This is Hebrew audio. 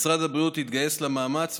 משרד הבריאות התגייס למאמץ,